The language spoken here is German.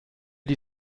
die